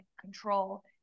control